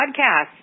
podcast